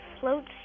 floats